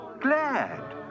glad